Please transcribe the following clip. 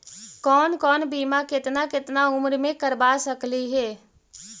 कौन कौन बिमा केतना केतना उम्र मे करबा सकली हे?